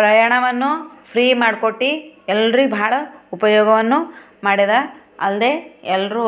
ಪ್ರಯಾಣವನ್ನು ಫ್ರೀ ಮಾಡಿಕೊಟ್ಟು ಎಲ್ರಿಗೆ ಭಾಳ ಉಪಯೋಗವನ್ನು ಮಾಡ್ಯದ ಅಲ್ಲದೆ ಎಲ್ಲರೂ